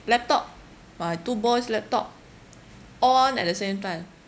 laptop my two boys laptop on at the same time